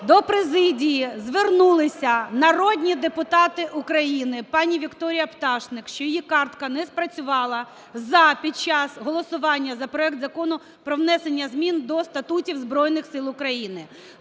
до президії звернулися народні депутати України, пані Вікторія Пташник, що її картка не спрацювала "за" під час голосування за проект Закону про внесення змін до статутів Збройних Сил України.